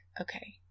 okay